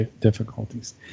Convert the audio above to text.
difficulties